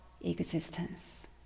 existence